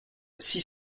six